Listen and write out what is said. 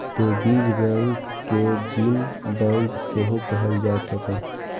तें बीज बैंक कें जीन बैंक सेहो कहल जा सकैए